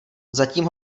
zatím